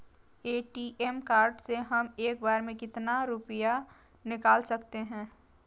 ATM card से हम एक बार में कितना रुपया निकाल सकते हैं?